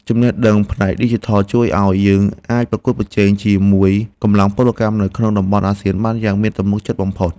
ចំណេះដឹងផ្នែកឌីជីថលជួយឱ្យយើងអាចប្រកួតប្រជែងជាមួយកម្លាំងពលកម្មនៅក្នុងតំបន់អាស៊ានបានយ៉ាងមានទំនុកចិត្តបំផុត។